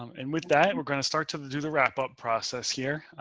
um and with that, we're going to start to do the wrap up process here.